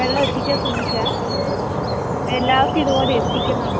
വെള്ളമെത്തിക്കാൻ ശ്രമിക്കാം എല്ലാവർക്കും ഇതുപോലെ എത്തിക്കണം